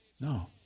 No